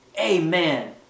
Amen